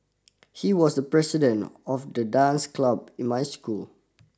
he was the president of the dance club in my school